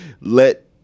let